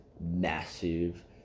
massive